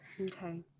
Okay